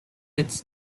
its